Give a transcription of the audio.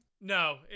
No